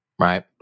Right